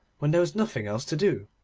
when there was nothing else to do,